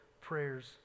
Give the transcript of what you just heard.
prayers